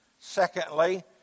Secondly